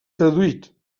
traduït